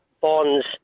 Bonds